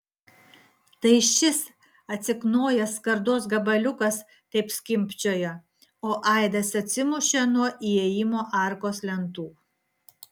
tai šis atsiknojęs skardos gabaliukas taip skimbčiojo o aidas atsimušė nuo įėjimo arkos lentų